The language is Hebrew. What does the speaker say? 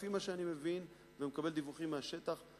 לפי מה שאני מבין ומקבל דיווחים מהשטח,